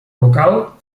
local